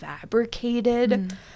fabricated